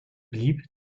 blieb